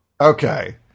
Okay